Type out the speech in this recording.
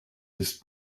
this